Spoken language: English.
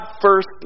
first